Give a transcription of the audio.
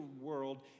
world